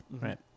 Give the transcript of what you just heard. right